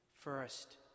First